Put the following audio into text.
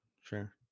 sure